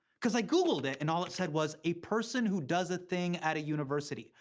cause i googled it, and all it said was, a person who does a thing at a university.